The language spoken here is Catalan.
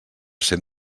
cent